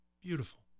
Beautiful